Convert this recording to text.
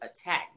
attack